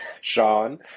Sean